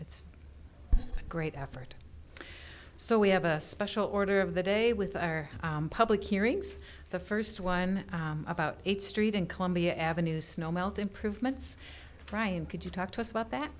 it's a great effort so we have a special order of the day with our public hearings the first one about eight street in columbia avenue snow melt improvements ryan could you talk to us about that